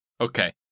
Okay